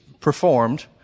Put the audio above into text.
performed